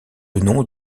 nom